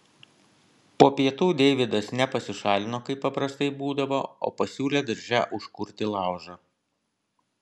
po pietų deividas ne pasišalino kaip paprastai būdavo o pasiūlė darže užkurti laužą